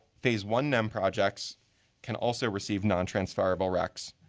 phase one nem projects can also receive nontransferable recs.